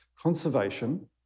conservation